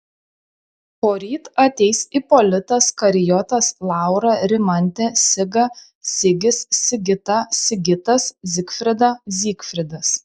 poryt ateis ipolitas karijotas laura rimantė siga sigis sigita sigitas zigfrida zygfridas